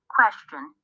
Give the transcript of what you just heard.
question